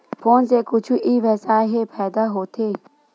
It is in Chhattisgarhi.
फोन से कुछु ई व्यवसाय हे फ़ायदा होथे?